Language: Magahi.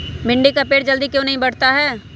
भिंडी का पेड़ जल्दी क्यों नहीं बढ़ता हैं?